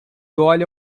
olha